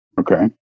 Okay